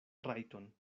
rajton